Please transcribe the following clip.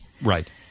Right